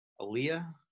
Aaliyah